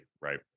Right